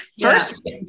first